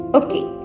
okay